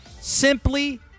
simply